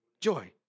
joy